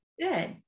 good